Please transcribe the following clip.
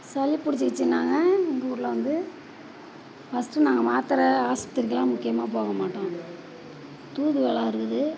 சளி பிடிச்சிக்கிச்சின்னாங்க எங்கூரில் வந்து ஃபஸ்ட்டு நாங்கள் மாத்திர ஆஸ்பத்திரிக்கெலாம் முக்கியமாக போகமாட்டோங்க தூதுவளை அறுபது